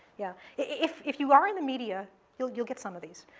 yeah. if if you are in the media, you'll you'll get some of these.